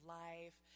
life